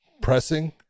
pressing